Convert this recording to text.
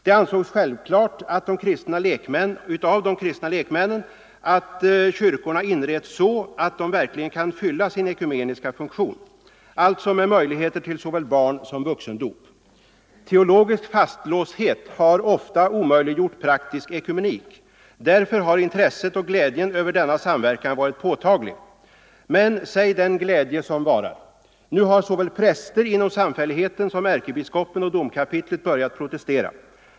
Det ansågs självklart av de kristna lekmännen att kyrkorna skulle inredas så, att de verkligen kan fylla sin ekumeniska funktion, alltså med möjligheter till såväl barnsom vuxendop. Teologisk fastlåsthet har ofta omöjliggjort praktisk ekumenik. Därför har glädjen över denna samverkan varit påtaglig och intresset stort. Men nämn den glädje som varar! Nu har såväl präster inom samfälligheten som ärkebiskopen och domkapitlet börjat protestera.